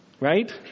Right